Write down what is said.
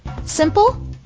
Simple